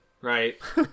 right